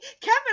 Kevin